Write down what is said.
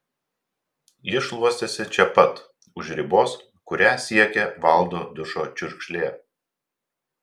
ji šluostėsi čia pat už ribos kurią siekė valdo dušo čiurkšlė